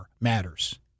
matters